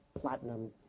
platinum